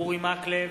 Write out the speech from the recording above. אורי מקלב,